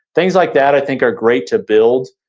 things like that, i think, are great to build.